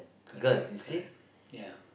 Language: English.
correct correct ya